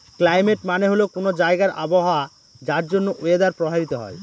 climate মানে হল কোনো জায়গার আবহাওয়া যার জন্য ওয়েদার প্রভাবিত হয়